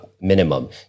minimum